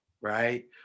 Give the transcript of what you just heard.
right